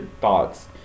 thoughts